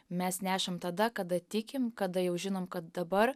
mes nešam tada kada tikim kada jau žinom kad dabar